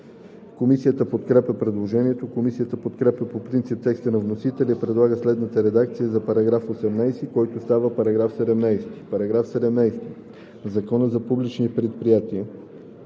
Комисията подкрепя предложението. Комисията подкрепя по принцип текста на вносителя и предлага следната редакция за § 18, който става § 17: „§ 17. В Закона за публичните предприятия